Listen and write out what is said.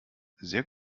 sehr